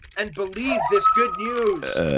and believe this good news.